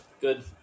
good